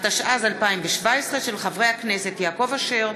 התשע"ז 2017, של חברי הכנסת יעקב אשר,